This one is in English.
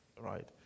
right